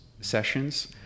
sessions